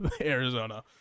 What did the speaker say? Arizona